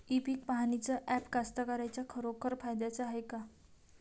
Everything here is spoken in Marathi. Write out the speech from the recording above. इ पीक पहानीचं ॲप कास्तकाराइच्या खरोखर फायद्याचं हाये का?